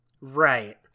Right